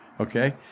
okay